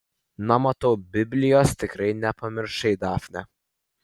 na matau biblijos tikrai nepamiršai dafne